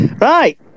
right